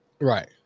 Right